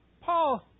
Paul